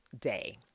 day